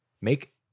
Make